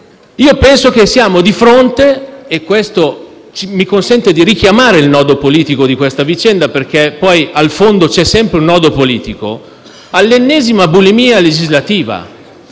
in Aula. Siamo di fronte - e questo mi consente di richiamare il nodo politico di questa vicenda, perché poi al fondo c'è sempre un nodo politico - all'ennesima bulimia legislativa.